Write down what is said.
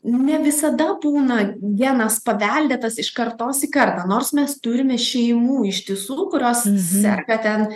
ne visada būna genas paveldėtas iš kartos į kartą nors mes turime šeimų iš tiesų kurios serga ten